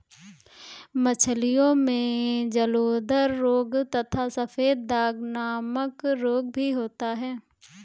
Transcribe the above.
मछलियों में जलोदर रोग तथा सफेद दाग नामक रोग भी होता है